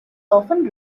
often